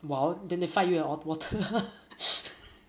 well then they fight you in water